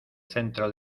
centro